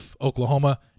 Oklahoma